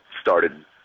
started